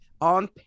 on